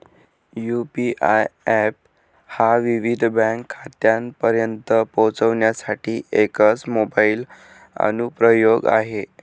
UPI app हा विविध bank खात्यांपर्यंत पोहोचण्यासाठी एकच मोबाइल अनुप्रयोग आहे